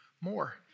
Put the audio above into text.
more